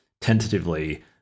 tentatively